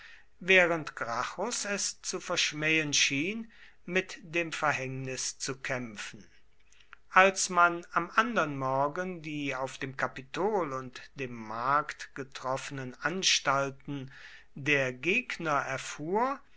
während gracchus es zu verschmähen schien mit dem verhängnis zu kämpfen als man am andern morgen die auf dem kapitol und dem markt getroffenen anstalten der gegner erfuhr